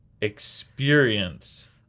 experience